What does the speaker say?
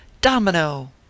domino